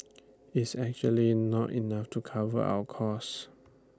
is actually not enough to cover our cost